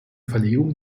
verlegung